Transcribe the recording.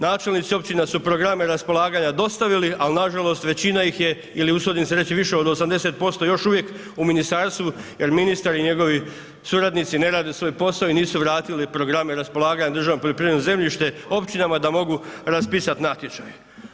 Načelnici općina su programe raspolaganja dostavili, ali na žalost većina ih je ili usudim se reći više od 80% još uvijek u Ministarstvu, jer ministar i njegovi suradnici ne rade svoj posao i nisu vratili programe raspolaganja državno poljoprivredno zemljište općinama da mogu raspisati natječaj.